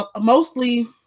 mostly